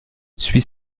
suit